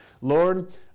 Lord